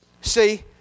See